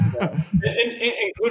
including